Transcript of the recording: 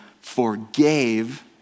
forgave